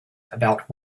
about